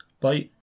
Bye